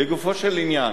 לגופו של עניין,